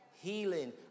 healing